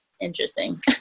interesting